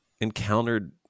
encountered